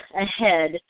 ahead